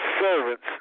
servants